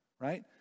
right